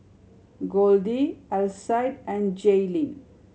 Goldie Alcide and Jaylyn